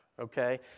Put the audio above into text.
okay